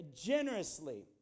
generously